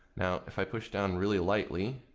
now if i push down really lightly,